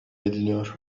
ediliyor